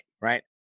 right